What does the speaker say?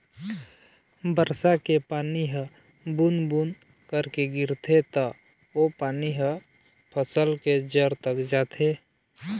बरसा के पानी ह बूंद बूंद करके गिरथे त ओ पानी ह फसल के जर तक जाथे